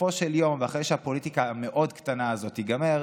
בסופו של יום ואחרי שהפוליטיקה המאוד-קטנה הזאת תיגמר,